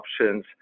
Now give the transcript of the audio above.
options